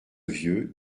vieux